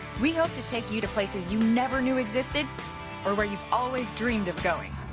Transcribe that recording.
we hope to take you to places you never knew existed or where you've always dreamed of going.